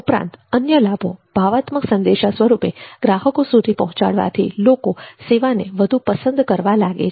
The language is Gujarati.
ઉપરાંત અન્ય લાભો ભાવાત્મક સંદેશા સ્વરૂપે ગ્રાહકો સુધી પહોંચાડવાથી લોકો સેવાને વધુ પસંદ કરવા લાગે છે